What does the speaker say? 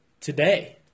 today